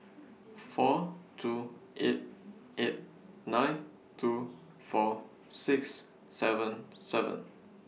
four two eight eight nine two four six seven seven